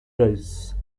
rice